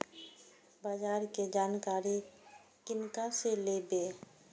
बाजार कै जानकारी किनका से लेवे?